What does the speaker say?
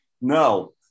No